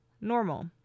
normal